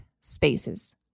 spaces